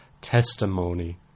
testimony